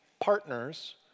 partners